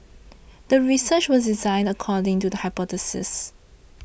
the research was designed according to the hypothesis